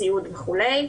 סיעוד וכולי.